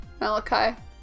Malachi